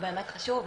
שבאמת חשוב.